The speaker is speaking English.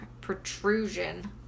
protrusion